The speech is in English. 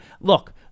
Look